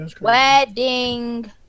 Wedding